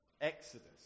Exodus